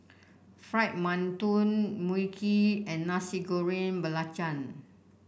Fried Mantou Mui Kee and Nasi Goreng Belacan